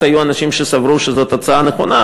היו אנשים שסברו שזאת הצעה נכונה,